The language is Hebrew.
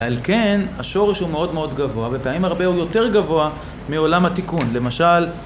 על כן השורש הוא מאוד מאוד גבוה, בפעמים הרבה הוא יותר גבוה מעולם התיקון, למשל